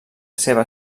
seva